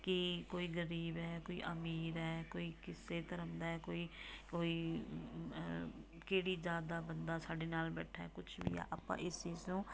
ਕਿ ਕੋਈ ਗਰੀਬ ਹੈ ਕੋਈ ਅਮੀਰ ਹੈ ਕੋਈ ਕਿਸੇ ਧਰਮ ਦਾ ਕੋਈ ਕੋਈ ਕਿਹੜੀ ਜਾਤ ਦਾ ਬੰਦਾ ਸਾਡੇ ਨਾਲ ਬੈਠਾ ਕੁਝ ਵੀ ਆਪਾਂ ਇਸ ਚੀਜ਼ ਨੂੰ